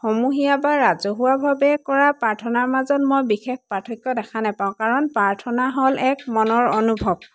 সমূহীয়া বা ৰাজহুৱাভাৱে কৰা প্ৰাৰ্থনাৰ মাজত মই বিশেষ পাৰ্থক্য দেখা নেপাওঁ কাৰণ প্ৰাৰ্থনা হ'ল এক মনৰ অনুভৱ